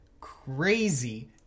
crazy